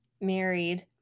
married